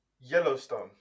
Yellowstone